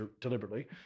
deliberately